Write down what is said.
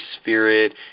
Spirit